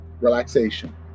Relaxation